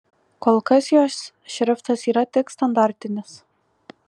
kol kas jos šriftas yra tik standartinis